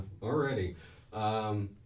Alrighty